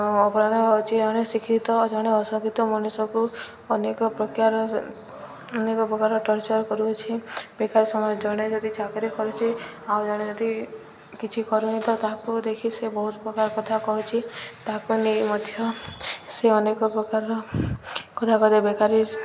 ଅପରାଧ ହଉଛି ଜଣେ ଶିକ୍ଷିତ ଜଣେ ଅଶିକ୍ଷିତ ମଣିଷକୁ ଅନେକ ପ୍ରକାର ଅନେକ ପ୍ରକାର ଟର୍ଚର୍ କରୁଅଛି ବେକାରୀ ସମୟ ଜଣେ ଯଦି ଚାକିରୀ କରୁଛିି ଆଉ ଜଣେ ଯଦି କିଛି କରୁନି ତ ତାହାକୁ ଦେଖି ସେ ବହୁତ ପ୍ରକାର କଥା କହୁଛି ତାକୁ ନେଇ ମଧ୍ୟ ସେ ଅନେକ ପ୍ରକାରର କଥା କ ବେକାରୀ